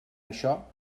això